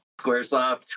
Squaresoft